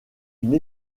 une